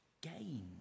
gain